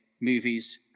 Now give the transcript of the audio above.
movies